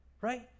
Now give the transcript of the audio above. Right